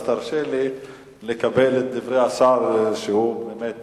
אז תרשה לי לקבל את דברי השר, שהוא באמת